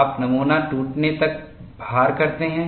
आप नमूना टूटने तक भार करते हैं